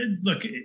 Look